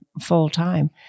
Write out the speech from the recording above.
full-time